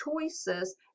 choices